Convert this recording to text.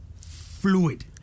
fluid